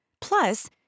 Plus